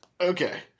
okay